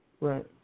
right